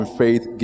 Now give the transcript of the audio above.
faith